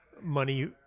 money